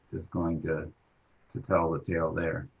is going to to tell the tale there.